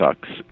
sucks